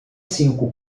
cinco